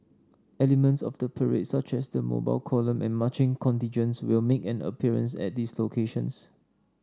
elements of the parade such as the Mobile Column and marching contingents will make an appearance at these locations